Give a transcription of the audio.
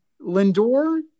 Lindor